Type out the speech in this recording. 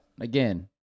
again